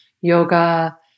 yoga